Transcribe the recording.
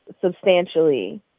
Substantially